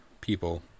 people